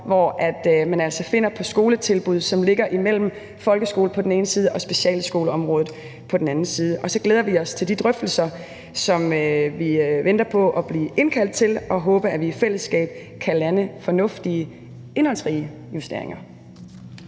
forbindelse med skoletilbud, som ligger imellem folkeskolen på den ene side og specialskoleområdet på den anden side. Så glæder vi os til de drøftelser, som vi venter på at blive indkaldt til, og vi håber, at vi i fællesskab kan lande fornuftige, indholdsrige justeringer.